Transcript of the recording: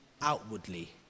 outwardly